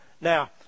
Now